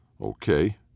Okay